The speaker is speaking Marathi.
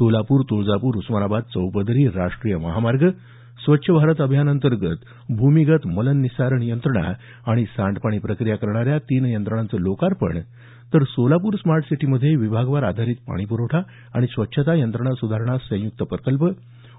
सोलापूर तुळजापूर उस्मानाबाद चौपदरी राष्ट्रीय महामार्ग स्वच्छ भारत अभियान अंतर्गत भूमिगत मलनिस्सारण यंत्रणा आणि सांडपाणी प्रक्रिया करणाऱ्या तीन यंत्रणांचं लोकार्पण तर सोलापूर स्मार्ट सिटीमध्ये विभागवार आधारित पाणी प्रवठा आणि स्वच्छता यंत्रणा सुधारणा संयुक्त प्रकल्प